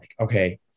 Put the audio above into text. okay